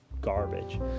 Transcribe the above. garbage